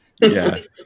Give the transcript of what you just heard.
Yes